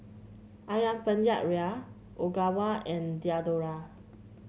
ayam Penyet Ria Ogawa and Diadora